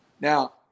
Now